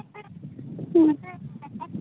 ᱦᱮᱸ